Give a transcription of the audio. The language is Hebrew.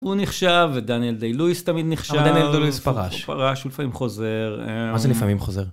הוא נחשב ודניאל די לויס תמיד נחשב, אבל דניאל די לויס פרש, הוא פרש, הוא לפעמים חוזר. מה זה לפעמים חוזר?